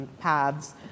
paths